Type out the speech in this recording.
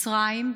מצרים,